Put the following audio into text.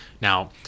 now